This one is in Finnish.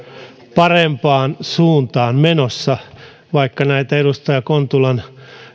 parempaan suuntaan menossa vaikka näitä edustaja kontulan